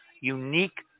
unique